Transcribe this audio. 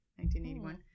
1981